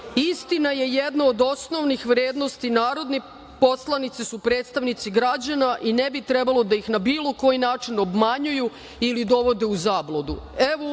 istina je jedno od osnovnih vrednosti, narodni poslanici su predstavnici građana i ne bi trebalo da ih na bilo koji način obmanjuju ili dovode u zabludu.